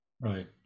right